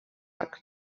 arc